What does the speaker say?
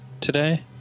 today